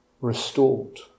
restored